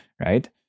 right